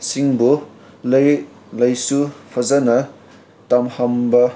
ꯁꯤꯡꯕꯨ ꯂꯥꯏꯔꯤꯛ ꯂꯥꯏꯁꯨ ꯐꯖꯅ ꯇꯝꯍꯟꯕ